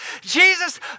Jesus